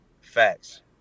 Facts